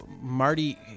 marty